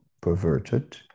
perverted